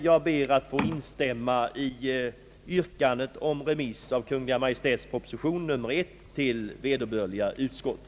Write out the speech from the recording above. Jag ber att få instämma i yrkandet om remiss av Kungl. Maj:ts proposition nr 1 till vederbörliga utskott.